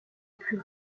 plus